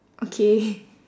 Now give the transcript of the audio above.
okay